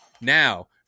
Now